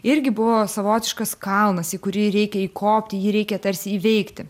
irgi buvo savotiškas kalnas į kurį reikia įkopti jį reikia tarsi įveikti